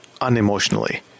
unemotionally